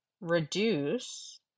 reduce